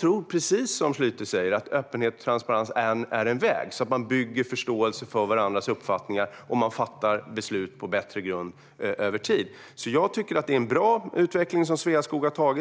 tror jag, precis som Schlyter säger, att öppenhet och transparens är en väg att gå. Det handlar om att bygga förståelse för varandras uppfattningar och fatta beslut på bättre grund över tid. Jag tycker därför att det är en bra utveckling som Sveaskog har påbörjat.